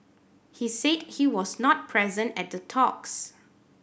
he said he was not present at the talks